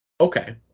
Okay